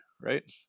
right